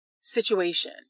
situation